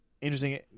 interesting